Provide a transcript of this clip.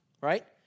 right